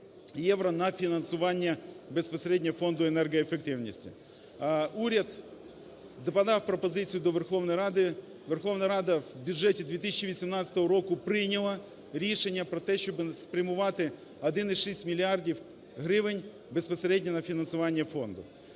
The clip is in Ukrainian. на фінансування безпосередньо фонду енергоефективності. Уряд подав пропозицію до Верховної Ради. Верховна Рада в бюджеті 2018 року прийняла рішення про те, щоби спрямувати 1,6 мільярдів гривень безпосередньо на фінансування фонду.